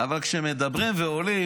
אבל כשמדברים ועולים,